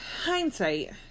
hindsight